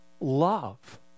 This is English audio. love